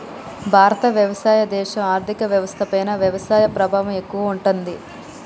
భారత్ వ్యవసాయ దేశం, ఆర్థిక వ్యవస్థ పైన వ్యవసాయ ప్రభావం ఎక్కువగా ఉంటది